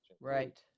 right